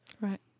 right